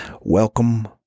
Welcome